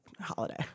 holiday